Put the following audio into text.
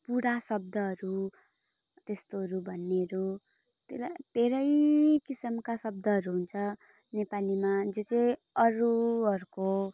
पुरा शब्दहरू त्यस्तोहरू भन्नेहरू धेरै धेरै किसिमका शब्दहरू हुन्छ नेपालीहरूमा जो चाहिँ अरूहरूको